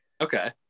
Okay